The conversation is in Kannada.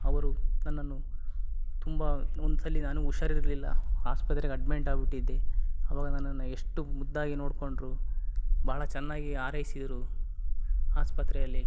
ಅವರು ನನ್ನನ್ನು ತುಂಬ ಒಂದು ಸಲ ನಾನು ಹುಷಾರ್ ಇರಲಿಲ್ಲ ಆಸ್ಪತ್ರೆಗೆ ಅಡ್ಮೆಂಟ್ ಆಗ್ಬಿಟಿದ್ದೆ ಅವಾಗ ನನ್ನನ್ನು ಎಷ್ಟು ಮುದ್ದಾಗಿ ನೋಡಿಕೊಂಡ್ರು ಬಹಳ ಚೆನ್ನಾಗಿ ಹಾರೈಸಿದ್ರು ಆಸ್ಪತ್ರೆಯಲ್ಲಿ